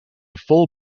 full